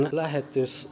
lähetys